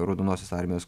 raudonosios armijos